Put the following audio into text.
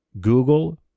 Google